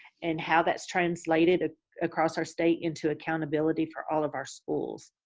and how that's translated ah across our state into accountability for all of our schools.